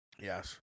Yes